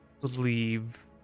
believe